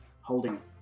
holding